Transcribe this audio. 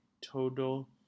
total